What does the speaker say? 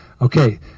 Okay